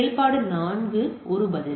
செயல்பாடு 4 ஒரு பதில்